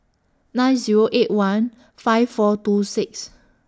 nine Zero eight one five four two six